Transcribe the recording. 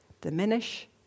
diminish